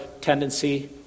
tendency